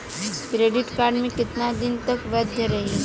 Credit card कितना दिन तक वैध रही?